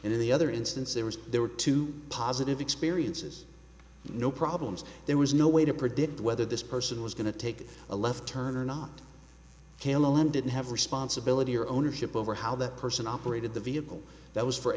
in the other instance there was there were two positive experiences no problems there was no way to predict whether this person was going to take a left turn or not kalen didn't have responsibility or ownership over how that person operated the vehicle that was for